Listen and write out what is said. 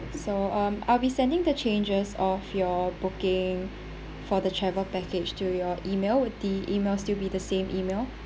so um I'll be sending the changes of your booking for the travel package to your email would the email still be the same email